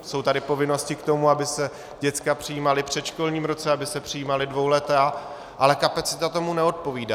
Jsou tady povinnosti k tomu, aby se děcka přijímala v předškolním roce, aby se přijímala dvouletá, ale kapacita tomu neodpovídá.